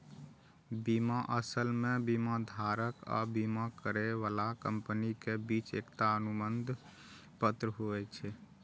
बीमा असल मे बीमाधारक आ बीमा करै बला कंपनी के बीच एकटा अनुबंध पत्र होइ छै